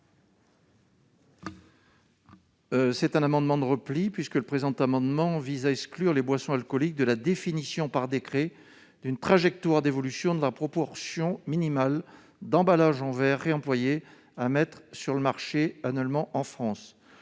Cet amendement de repli vise à exclure les boissons alcooliques de la définition par décret d'une trajectoire d'évolution de la proportion minimale d'emballages en verre réemployés à mettre sur le marché annuellement en France.